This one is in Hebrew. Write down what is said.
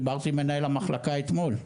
דיברתי עם מנהל המחלקה אתמול.